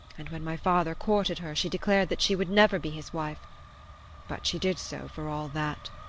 and when my father courted her she declared that she would never be his wife but she did so for all that.